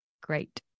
great